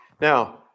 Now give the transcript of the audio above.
Now